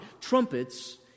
Trumpets